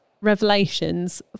revelations